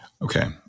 Okay